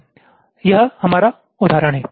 यह हमारा उदाहरण है